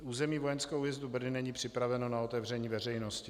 Území vojenského újezdu Brdy není připraveno na otevření veřejnosti.